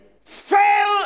fail